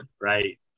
Right